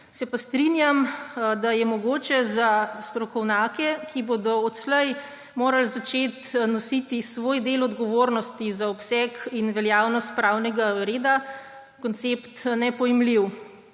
se pa strinjam, da je mogoče za strokovnjake, ki bodo odslej morali začeti nositi svoj del odgovornosti za obseg in veljavnost pravnega reda, koncept nepojmljiv.